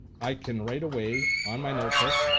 i can write away on my notebook.